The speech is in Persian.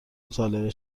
مطالعه